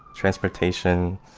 transportation.